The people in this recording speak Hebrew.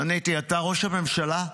עניתי: אתה ראש הממשלה?